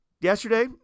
yesterday